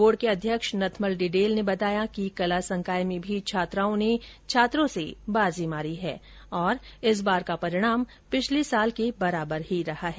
board के अध्यक्ष नथमल डिडेल ने बताया कि कला संकाय में भी छात्राओं ने छात्रों से बाजी मारी है और इस बार का परिणाम पिछले साल के बराबर ही रहा है